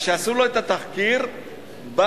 שיעשו לו את התחקיר בבקו"ם,